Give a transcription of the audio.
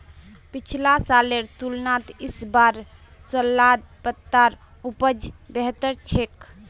पिछला सालेर तुलनात इस बार सलाद पत्तार उपज बेहतर छेक